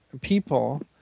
people